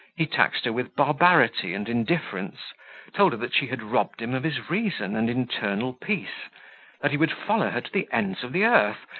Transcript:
he taxed her with barbarity and indifference told her, that she had robbed him of his reason and internal peace that he would follow her to the ends of the earth,